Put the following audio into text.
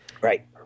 Right